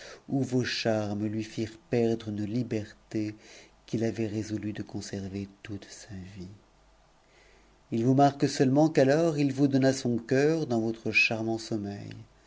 où vos mes lui firent perdre une liberté qu'il avait résolu de conserver toute y vous marque seulement qu'alors il vous donna son cœur dans armant sommeit sommeil